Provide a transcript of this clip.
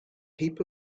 heap